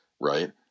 right